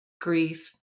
grief